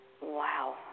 Wow